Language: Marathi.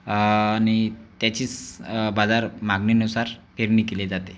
आणि त्याचीच बाजार मागणीनुसार पेरणी केली जाते